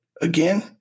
Again